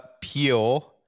Peel